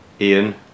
Ian